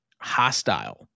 hostile